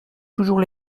toujours